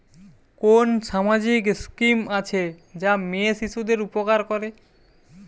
কোন সামাজিক স্কিম আছে যা মেয়ে শিশুদের উপকার করে?